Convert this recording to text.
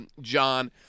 John